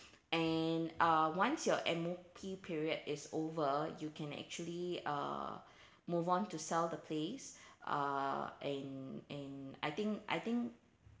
and uh once your M_O_P period is over you can actually uh move on to sell the place uh and and I think I think